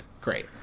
great